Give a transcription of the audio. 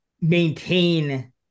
maintain